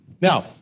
Now